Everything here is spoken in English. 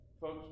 folks